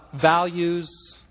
values